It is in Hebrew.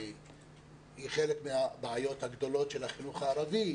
וזה חלק מן הבעיות של החינוך הערבי.